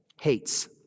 hates